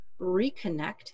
reconnect